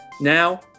Now